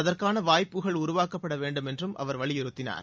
அதற்கான வாய்ப்புகள் உருவாக்கப் பட வேண்டும் என்றும் அவர் வலியுறுத்தினார்